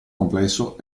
complesso